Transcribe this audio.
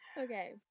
Okay